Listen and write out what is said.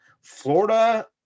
Florida